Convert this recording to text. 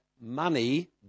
money